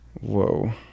Whoa